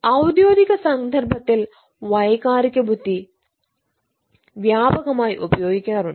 ഔദ്യോഗിക സന്ദർഭത്തിൽ വൈകാരിക ബുദ്ധി വ്യാപകമായി ഉപയോഗിക്കാറുണ്ട്